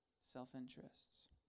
self-interests